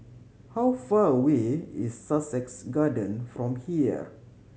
how far away is Sussex Garden from here